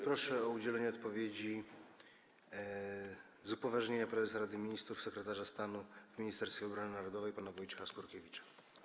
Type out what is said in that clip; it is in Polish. Proszę o udzielenie odpowiedzi z upoważnienia prezesa Rady Ministrów sekretarza stanu w Ministerstwie Obrony Narodowej pana Wojciecha Skurkiewicza.